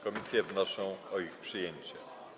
Komisje wnoszą o ich przyjęcie.